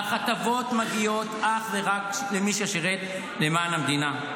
אך הטבות מגיעות אך ורק למי ששירת למען המדינה.